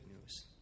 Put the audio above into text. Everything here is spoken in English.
news